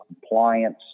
compliance